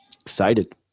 excited